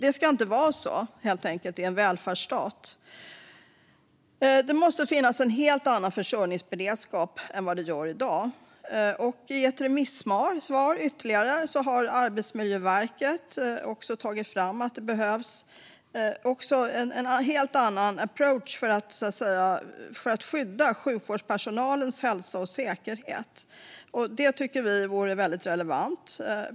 Så ska det helt enkelt inte vara i en välfärdsstat. Det måste finnas en helt annan försörjningsberedskap än vad det gör i dag. I ytterligare ett remissvar har Arbetsmiljöverket tagit fram att det behövs en helt annan approach för att skydda sjukvårdspersonalens hälsa och säkerhet. Detta tycker vi vore väldigt relevant.